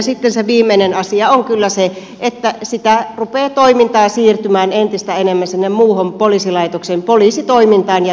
sitten se viimeinen asia on kyllä se että sitä toimintaa rupeaa siirtymään entistä enemmän sinne muuhun poliisilaitoksen poliisitoimintaan ja työhön